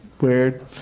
weird